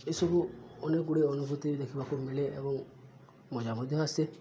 ଏସବୁ ଅନେକ ଗୁଡ଼ିଏ ଅନୁଭୂତି ଦେଖିବାକୁ ମିଳେ ଏବଂ ମଜା ମଧ୍ୟ ଆସେ